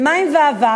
זה "מים ואהבה".